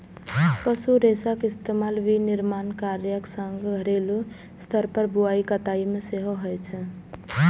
पशु रेशाक इस्तेमाल विनिर्माण कार्यक संग घरेलू स्तर पर बुनाइ कताइ मे सेहो होइ छै